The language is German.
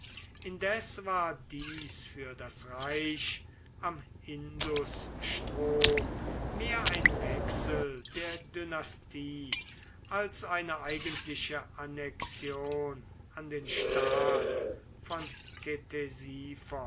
indes war dies für das reich am indusstrom mehr ein wechsel der dynastie als eine eigentliche annexion an den staat von